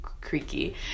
Creaky